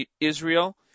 Israel